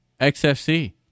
XFC